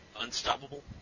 unstoppable